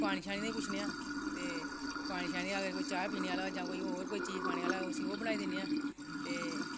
पानी बी पुच्छने आं पानी अगर कोई चाह् पीने आह्ला होऐ जां होर कोई चीज़ खाने आह्ला होऐ उसी ओह् चीज़ बनाई दिन्ने आं ते